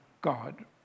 God